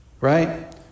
right